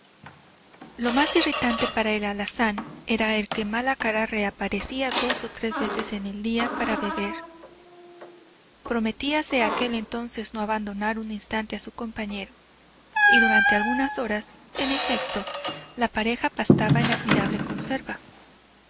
lo más irritante para el alazán era que el malacara reaparecía dos o tres veces en el día para beber prometíase aquél entonces no abandonar un instante a su compañero y durante algunas horas en efecto la pareja pastaba en admirable conserva